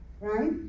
right